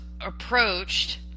approached